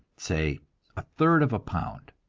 say a third of a pound.